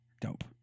Dope